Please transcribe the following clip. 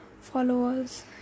followers